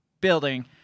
building